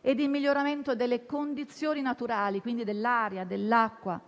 e il miglioramento delle condizioni naturali, quindi dell'aria, dell'acqua,